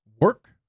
work